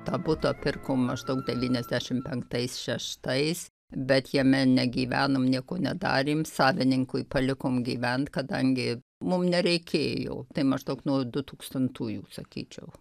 tą butą pirkom maždaug devyniasdešim penktais šeštais bet jame negyvenom nieko nedarėm savininkui palikom gyvent kadangi mum nereikėjo tai maždaug nuo dutūkstantųjų sakyčiau